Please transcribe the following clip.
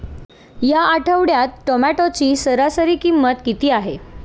या आठवड्यात टोमॅटोची सरासरी किंमत किती आहे?